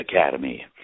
Academy